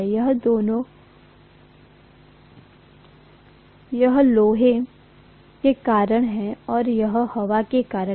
यह लोहे के कारण है और यह हवा के कारण है